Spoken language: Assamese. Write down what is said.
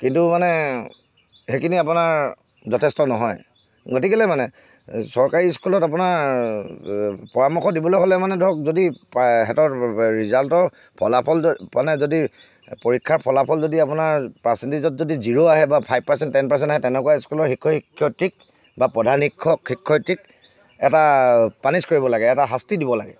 কিন্তু মানে সেইখিনি আপোনাৰ যথেষ্ট নহয় গতিকেলৈ মানে চৰকাৰী স্কুলত আপোনাৰ পৰামৰ্শ দিবলৈ হ'লে মানে ধৰক যদি পা সিহঁতৰ ৰিজাল্টৰ ফলাফল মানে যদি পৰীক্ষাৰ ফলাফল যদি আপোনাৰ পাৰ্চেণ্টেজত যদি জিৰ' আহে বা ফাইভ পাৰ্চেণ্ট টেন পাৰ্চেণ্ট আহে তেনেকুৱা স্কুলৰ শিক্ষক শিক্ষয়ত্ৰীক বা প্ৰধান শিক্ষক শিক্ষয়ত্ৰীক এটা পানিছ কৰিব লাগে এটা শাস্তি দিব লাগে